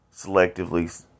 selectively